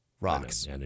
rocks